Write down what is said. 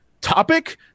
topic